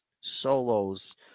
Solo's